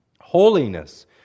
Holiness